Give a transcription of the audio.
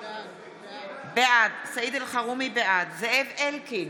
בעד זאב אלקין,